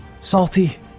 salty